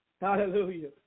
Hallelujah